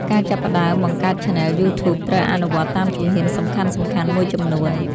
ការចាប់ផ្តើមបង្កើតឆានែលយូធូបត្រូវអនុវត្តន៍តាមជំហានសំខាន់ៗមួយចំនួន។